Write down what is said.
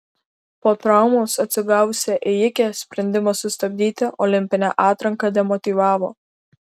po traumos atsigavusią ėjikę sprendimas sustabdyti olimpinę atranką demotyvavo